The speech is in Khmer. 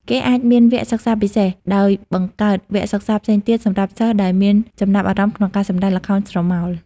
គេអាចមានវគ្គសិក្សាពិសេស ដោយបង្កើតវគ្គសិក្សាផ្សេងទៀតសម្រាប់សិស្សដែលមានចំណាប់អារម្មណ៍ក្នុងការសម្តែងល្ខោនស្រមោល។